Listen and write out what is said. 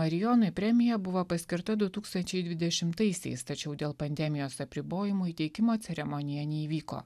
marijonui premija buvo paskirta du tūkstančiai dvidešimtaisiais tačiau dėl pandemijos apribojimų įteikimo ceremonija neįvyko